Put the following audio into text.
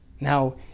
Now